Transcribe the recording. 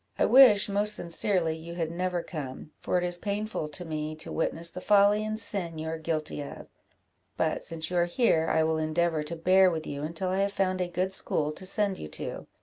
i wish most sincerely you had never come, for it is painful to me to witness the folly and sin you are guilty of but, since you are here, i will endeavour to bear with you, until i have found a good school to send you to.